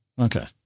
Okay